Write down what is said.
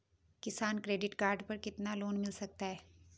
किसान credit card पर कितना लोंन मिल सकता है?